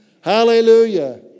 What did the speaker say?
Hallelujah